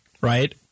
right